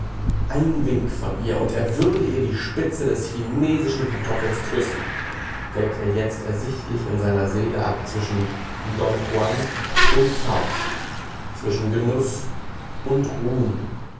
ein wink von ihr und er würde ihr die spitze des chinesischen pantoffels küssen wägt er jetzt ersichtlich in seiner seele ab zwischen don juan und faust zwischen genuß und ruhm